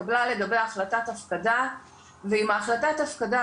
התקבלה לגביה החלטת הפקדה ועם החלטת ההפקדה